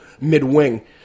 mid-wing